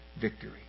victory